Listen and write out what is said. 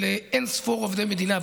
ולאין ספור עובדי מדינה,